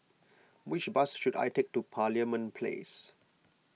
which bus should I take to Parliament Place